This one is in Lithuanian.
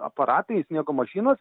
aparatai sniego mašinos